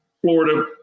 Florida